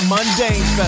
Mundane